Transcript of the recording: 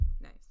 nice